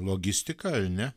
logistika ar ne